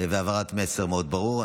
והעברת מסר מאוד ברור.